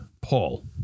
Paul